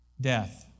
death